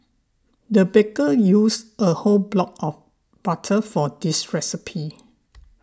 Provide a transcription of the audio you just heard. the baker used a whole block of butter for this recipe